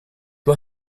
loi